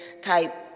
type